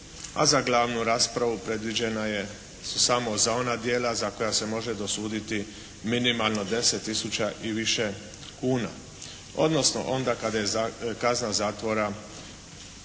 a za glavnu raspravu predviđena su samo za ona djela za koja se može dosuditi minimalno 10 000 i više kuna, odnosno onda kada je kazna zatvora